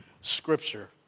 scripture